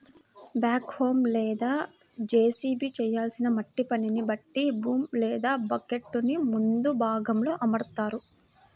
back హో లేదా JCB చేయాల్సిన మట్టి పనిని బట్టి బూమ్ లేదా బకెట్టుని ముందు భాగంలో అమరుత్తారు